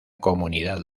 comunidad